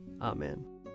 Amen